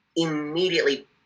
Immediately